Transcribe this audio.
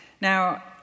Now